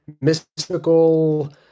mystical